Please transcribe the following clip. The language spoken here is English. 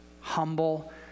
humble